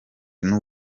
n’u